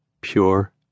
Pure